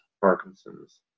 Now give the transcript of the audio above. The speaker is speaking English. Parkinson's